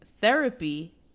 Therapy